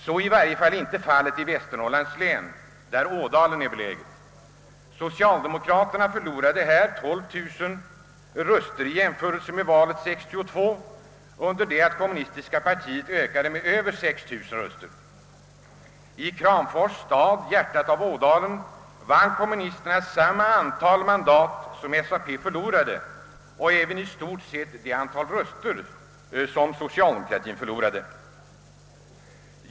Så är åtminstone inte fallet i Västernorrlands län, där Ådalen är belägen, Socialdemokraterna förlorade där 12 000 röster i jämförelse med valet 1962, under det att kommunistpartiets röster ökade med över 6 000.